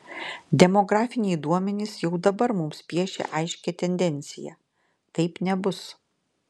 demografiniai duomenys jau dabar mums piešia aiškią tendenciją taip nebus